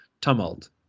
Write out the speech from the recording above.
tumult